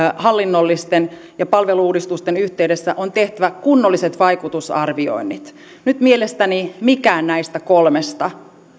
hallinnollisten ja palvelu uudistusten yhteydessä on tehtävä kunnolliset vaikutusarvioinnit nyt mielestäni mikään näistä kolmesta